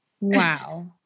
Wow